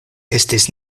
estis